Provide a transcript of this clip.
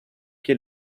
que